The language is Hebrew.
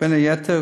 בין היתר,